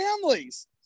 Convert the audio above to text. families